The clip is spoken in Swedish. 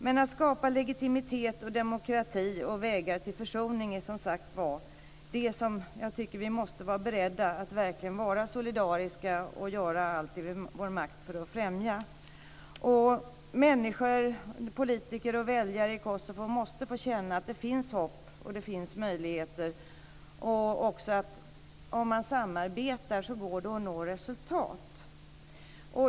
Men att skapa legitimitet, demokrati och vägar till försoning är som sagt det som vi måste vara beredda att, solidariskt och efter allt som står i vår makt, verkligen främja. Människor, politiker och väljare i Kosovo måste få känna att det finns hopp och möjligheter och att om man samarbetar går det att nå resultat.